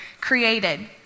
created